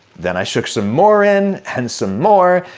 then i shook some more in. and some more.